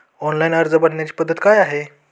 Online अर्ज भरण्याची पद्धत काय आहे?